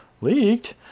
Leaked